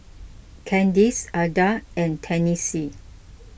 Candyce Adah and Tennessee